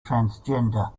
transgender